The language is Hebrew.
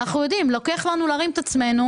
אנחנו יודעים, לוקח לנו ימים להרים את עצמנו.